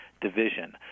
division